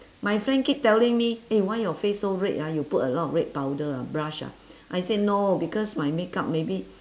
my friend keep telling me eh why your face so red ah you put a lot of red powder ah blush ah I said no because my makeup maybe